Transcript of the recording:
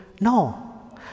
No